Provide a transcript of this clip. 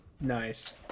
Nice